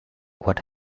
what